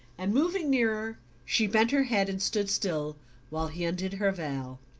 and moving nearer she bent her head and stood still while he undid her veil.